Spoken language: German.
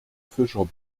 fischer